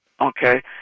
Okay